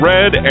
Red